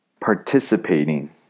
Participating